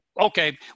okay